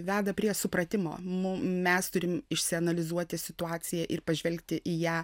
veda prie supratimo mu mes turim išsianalizuoti situaciją ir pažvelgti į ją